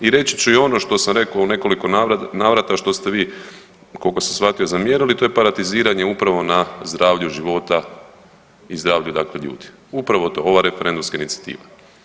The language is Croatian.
I reći ću i ono što sam rekao u nekoliko navrata a što ste vi koliko sam shvatio zamjerali to je paratiziranje upravo na zdravlju života i zdravlju dakle ljudi, upravo to, ova referendumska inicijativa.